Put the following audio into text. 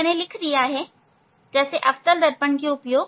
मैंने लिख दिया है जैसे अवतल दर्पण के उपयोग